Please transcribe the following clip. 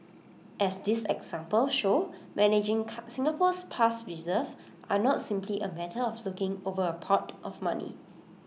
as these examples show managing Singapore's past reserves are not simply A matter of looking over A pot of money